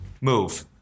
Move